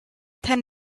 ten